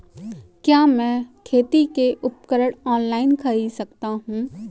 क्या मैं खेती के उपकरण ऑनलाइन खरीद सकता हूँ?